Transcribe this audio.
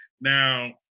Now